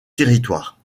territoire